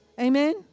Amen